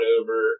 over